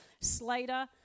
Slater